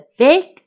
big